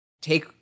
take